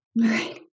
Right